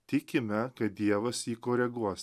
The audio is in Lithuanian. tikime kad dievas jį koreguos